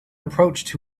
approached